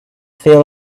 fill